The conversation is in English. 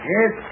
Yes